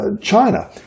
China